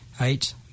Eight